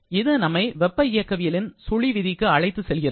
இது நம்மை வெப்ப இயக்கவியல் சுழி விதிக்கு அழைத்துச் செல்கிறது